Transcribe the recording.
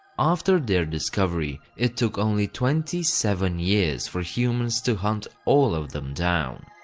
after their discovery, it took only twenty seven years for humans to hunt all of them down.